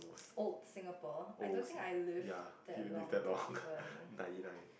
old Singapore I don't think I lived that long to even